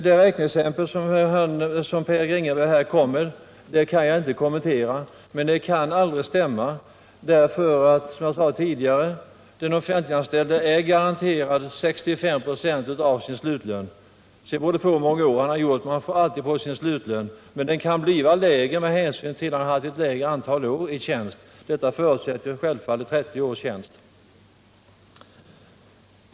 Det räkneexempel Per-Eric Ringaby anförde kan jag inte närmare kommentera, men det kan inte stämma, eftersom den offentliganställde, som jag tidigare sade, med vissa förbehåll är garanterad 65 96 av sin slutlön. Pensionens storlek kan variera med hänsyn till antal år för den anställde i slutlöneklassen, men pensionen utgår alltid med ledning av slutlönen. Allt detta gäller givetvis under förutsättning att vederbörande har tjänstgjort minst 30 år. Annars kan pensionen bli lägre.